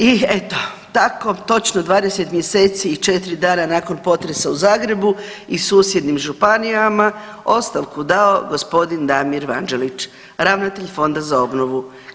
I eto tako točno 20 mjeseci i 4 dana nakon potresa u Zagrebu i susjednim županijama ostavku dao g. Damir Vanđelić, ravnatelj Fonda za obnovu.